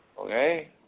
Okay